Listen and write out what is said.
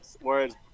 words